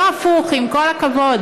לא הפוך, עם כל הכבוד.